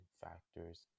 factors